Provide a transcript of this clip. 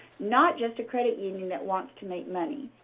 not just a credit union that wants to make money.